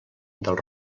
del